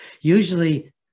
Usually